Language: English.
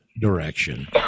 direction